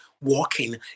walking